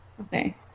Okay